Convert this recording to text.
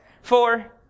four